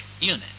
unit